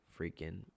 freaking